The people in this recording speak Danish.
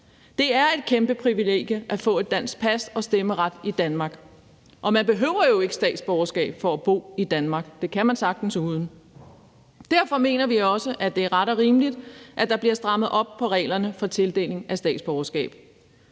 Det er et kæmpe privilegie at få et dansk pas og stemmeret i Danmark, og man behøver jo ikke statsborgerskab for at bo i Danmark; det kan man sagtens uden. Derfor mener vi også, at det er ret og rimeligt, at der bliver strammet op på reglerne for tildeling af statsborgerskab.